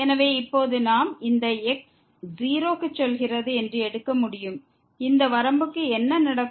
எனவே இப்போது இந்த x 0 க்கு செல்கிறது என்று எடுக்க முடியும் இந்த வரம்புக்கு என்ன நடக்கும்